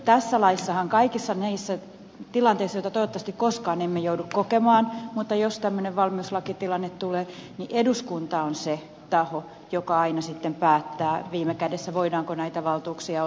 tässä laissahan kaikissa näissä tilanteissa joita toivottavasti koskaan emme joudu kokemaan mutta jos tämmöinen valmiuslakitilanne tulee eduskunta on se taho joka aina viime kädessä päättää voidaanko näitä valtuuksia ottaa